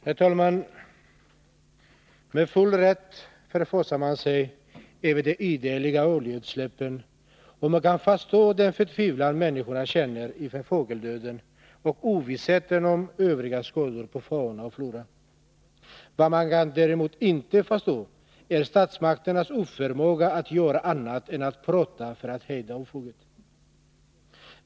Herr talman! Med full rätt förfasar människor sig över de ideliga oljeutsläppen, och man kan förstå den förtvivlan människorna känner inför fågeldöden och ovissheten om övriga skador på fauna och flora. Vad man däremot inte kan förstå är statsmakternas oförmåga att göra annat än att prata för att hejda ofoget.